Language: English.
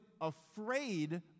afraid